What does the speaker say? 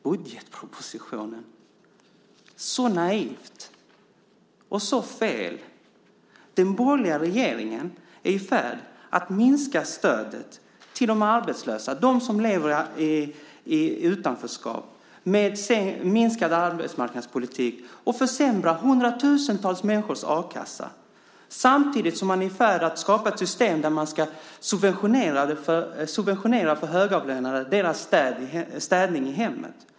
Budgetpropositionen - så naivt och så fel! Den borgerliga regeringen är i färd med att minska stödet till de arbetslösa, de som lever i utanförskap, med neddragningar i arbetsmarknadspolitiken och man försämrar hundra tusentals människors a-kassa. Samtidigt är man i färd med att skapa ett system där man ska subventionera högavlönade för städning i hemmet.